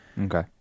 Okay